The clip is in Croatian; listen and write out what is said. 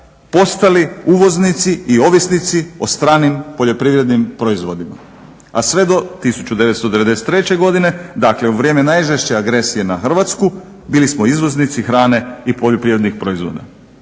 postali uvoznici i ovisnici o stranim poljoprivrednim proizvodima a sve do 1993. godine dakle u vrijeme najžešće agresije na Hrvatsku bili smo izvoznici hrane i poljoprivrednih proizvoda.